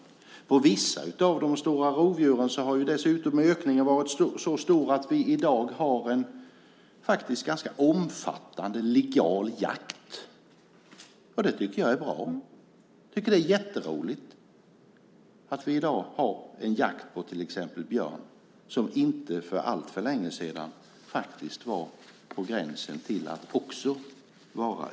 För vissa av de stora rovdjuren har ökningen till och med varit så stor att vi i dag har en ganska omfattande legal jakt, och det tycker jag är bra. Jag tycker att det är jätteroligt att vi i dag har jakt på till exempel björn, som för inte alltför länge sedan var på gränsen till utrotningshotad.